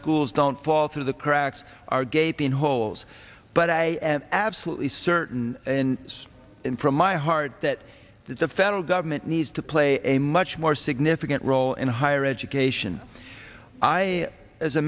schools don't fall through the cracks are gaping holes but i am absolutely certain in this in from my heart that the federal government needs to play a much more significant role and higher education i as a